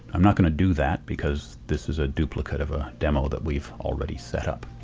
i'm not going to do that because this is a duplicate of a demo that we've already set up.